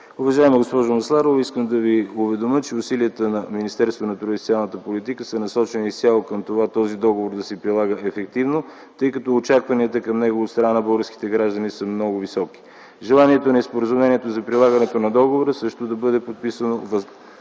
Уважаема госпожо Масларова, искам да Ви уведомя, че усилията на Министерството на труда и социалната политика са насочени с цел към това този договор да се прилага ефективно, тъй като очакванията към него от страна на българските граждани са много високи. Желанието е споразумението за прилагането на договора също да бъде подписано във